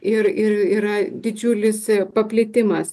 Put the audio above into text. ir ir yra didžiulis paplitimas